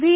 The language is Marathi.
व्ही